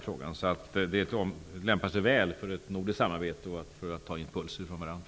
Frågan lämpar sig därför väl för ett nordiskt samarbete, och vi bör ta impulser från varandra.